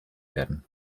werden